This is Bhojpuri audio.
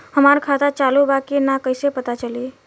हमार खाता चालू बा कि ना कैसे पता चली?